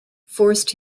forced